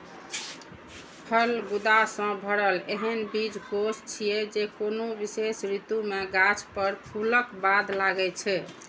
फल गूदा सं भरल एहन बीजकोष छियै, जे कोनो विशेष ऋतु मे गाछ पर फूलक बाद लागै छै